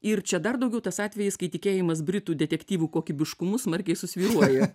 ir čia dar daugiau tas atvejis kai tikėjimas britų detektyvų kokybiškumu smarkiai susvyruoja